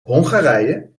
hongarije